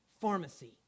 pharmacy